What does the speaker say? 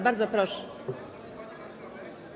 Bardzo proszę.